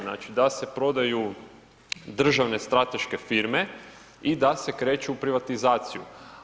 Znači da se prodaju državne strateške firme i da se kreće u privatizaciju.